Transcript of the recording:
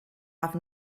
have